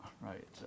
right